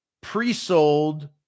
pre-sold